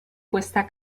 questa